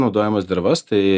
naudojamas dervas tai